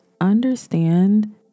understand